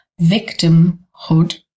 victimhood